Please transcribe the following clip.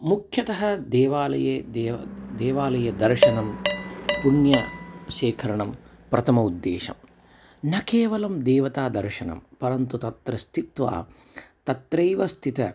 मुख्यतः देवालये देव देवालये दर्शनं पुण्यशेखरणं प्रथमं उद्देशं न केवलं देवतादर्शनं परन्तु तत्र स्थित्वा तत्रैव स्थित्वा